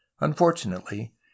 Unfortunately